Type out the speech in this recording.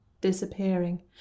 Disappearing